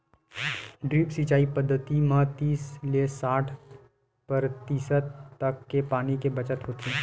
drip सिंचई पद्यति म तीस ले साठ परतिसत तक के पानी के बचत होथे